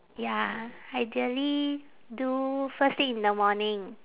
ya ideally do first thing in the morning